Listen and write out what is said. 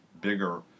bigger